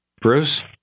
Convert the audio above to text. Bruce